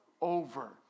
over